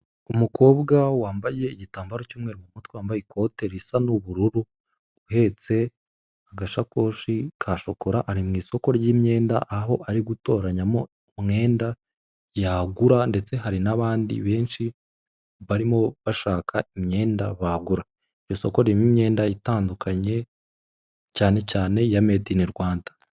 Umukobwa wambaye igitambaro cy'umweru mu mutwe, wambaye ikote risa n'ubururu, uhetse agashakoshi ka shokora. Ari mw'isoko ry'imyenda, aho ari gutoranya umwenda yagura, ndetse hari n'abandi benshi barimo bashaka imyenda bagura. Iryo soko ririmo imyenda itandukanye cyane cyane ya medi ini Rwanda.